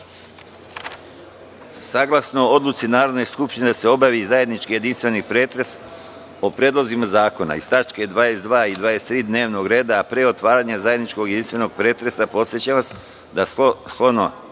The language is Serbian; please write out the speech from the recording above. reda. Saglasno odluci Narodne skupštine da se obavi zajednički, jedinstveni pretres o predlozima zakona iz tačke 22. i 23. dnevnog reda, a pre otvaranja zajedničkog jedinstvenog pretresa, podsećam vas da shodno